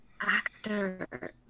actor